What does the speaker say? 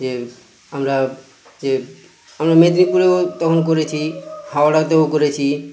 এর আমরা যে আমরা মেদিনীপুরেও তখন করেছি হাওড়াতেও করেছি